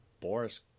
Boris